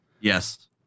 Yes